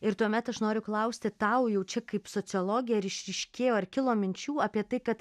ir tuomet aš noriu klausti tau jaučiu kaip sociologei išryškėjo ar kilo minčių apie tai kad